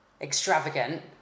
extravagant